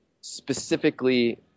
specifically